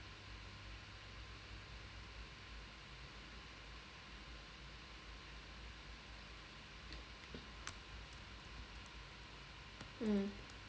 mm